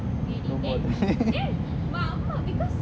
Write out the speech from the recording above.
oh no